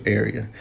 area